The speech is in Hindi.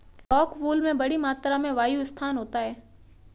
रॉकवूल में बड़ी मात्रा में वायु स्थान होता है